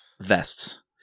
vests